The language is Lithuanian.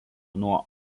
nuo